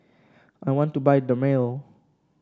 I want to buy Dermale